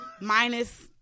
minus